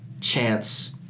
chance